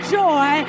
joy